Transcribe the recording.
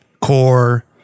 core